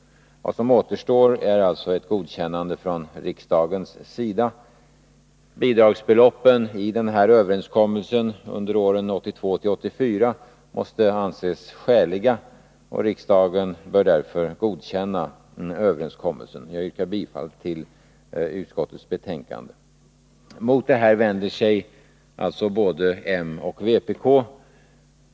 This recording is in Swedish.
Vad som återstår är alltså ett godkännande från riksdagens sida. Bidragsbeloppen i överenskommelsen för åren 1982-1984 måste anses skäliga, och riksdagen bör därför godkänna överenskommelsen. Jag yrkar bifall till utskottets hemställan. Mot detta vänder sig både m och vpk.